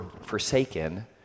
forsaken